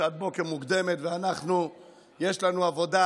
זו שעת בוקר מוקדמת ויש לנו עבודה,